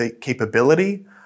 capability